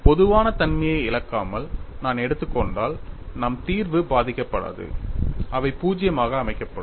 பொதுவான தன்மையை இழக்காமல் நான் எடுத்துக் கொண்டால் நம் தீர்வு பாதிக்கப்படாது இவை 0 ஆக அமைக்கப்படும்